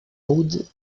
old